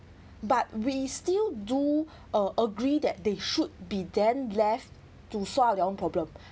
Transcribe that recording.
but we still do a~ agree that they should be then left to solve their own problems